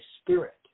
spirit